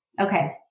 okay